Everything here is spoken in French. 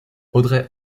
audrey